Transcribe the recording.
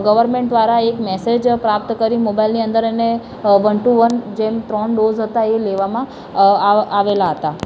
government દ્વારા એક message પ્રાપ્ત કરી મોબાઈલની અંદર અને વન ટુ વન જેમ ત્રણ ડોઝ હતા એ લેવામાં આ આવેલા હતા